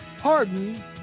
Pardon